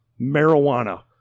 marijuana